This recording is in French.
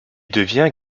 devient